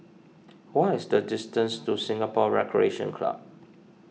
what is the distance to Singapore Recreation Club